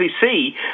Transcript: see